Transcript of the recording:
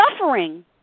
suffering